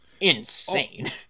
insane